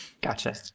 Gotcha